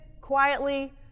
quietly